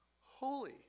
holy